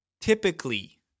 Typically